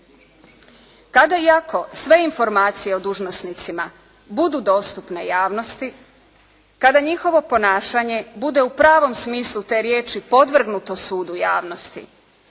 Kada i ako sve informacije o dužnosnicima budu dostupne javnosti, kada njihovo ponašanje bude u pravom smislu te riječi podvrgnuto sudu javnosti,